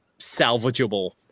salvageable